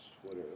Twitter